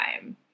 time